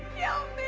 no.